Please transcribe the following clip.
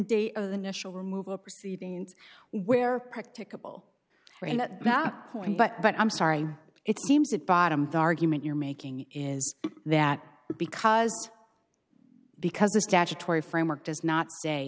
date of the national removal proceedings where practicable right at that point but i'm sorry it seems it bottomed the argument you're making is that because because the statutory framework does not say